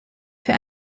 für